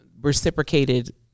reciprocated